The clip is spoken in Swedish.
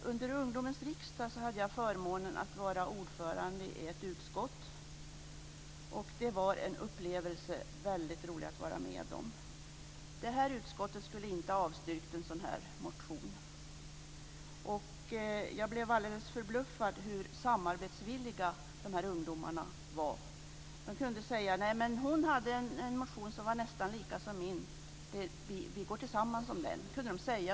Under ungdomens riksdag hade jag förmånen att vara ordförande i ett utskott. Det var en väldigt rolig upplevelse att vara med om. Det utskottet skulle inte ha avstyrkt en sådan här motion. Jag blev alldeles förbluffad över hur samarbetsvilliga ungdomarna var. De kunde säga: Hon hade en motion som var nästan likadan som min. Vi går tillsammans om den.